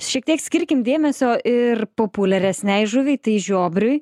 šiek tiek skirkim dėmesio ir populiaresnei žuviai tai žiobriui